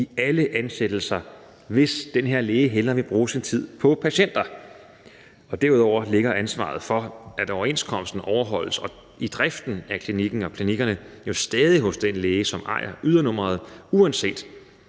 i alle ansættelser, hvis den her læge hellere vil bruge sin tid på patienter. Derudover ligger ansvaret for, at overenskomsten overholdes i driften af klinikkerne, jo stadig hos den læge, som ejer ydernummeret, uanset